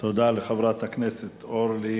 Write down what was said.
תודה לחברת הכנסת אורלי